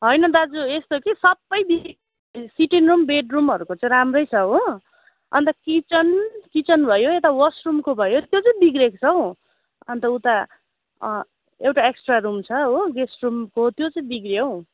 होइन दाजु यस्तो कि सबै बिग्रे सिटिङ रुम बेड रूमहरूको चै राम्रै छ हो अन्त किचन किचन भयो यता वासरुमको भयो त्यो चाहिँ बिग्रिएको छ हौ अन्त उता एउटा एक्स्ट्रा रुम छ हो गेस्ट रुमको त्यो चाहिँ बिग्रियो हौ